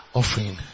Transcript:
offering